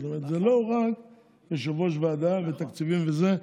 זאת אומרת, זה לא רק יושב-ראש ועדה ותקציבים וזה.